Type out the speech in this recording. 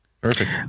Perfect